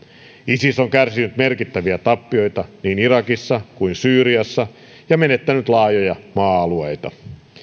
isis on kärsinyt merkittäviä tappioita niin irakissa kuin syyriassa ja menettänyt laajoja maa alueita